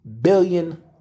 billion